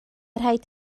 rhaid